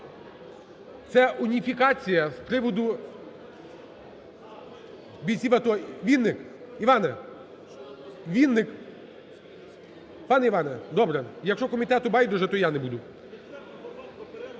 Це уніфікація з приводу бійців АТО. Вінник Іване, Вінник! Пане Іване, добре, якщо комітету байдуже, то і я не буду.